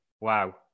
Wow